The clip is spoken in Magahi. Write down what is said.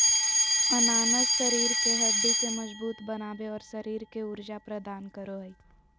अनानास शरीर के हड्डि के मजबूत बनाबे, और शरीर के ऊर्जा प्रदान करो हइ